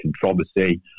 controversy